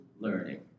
learning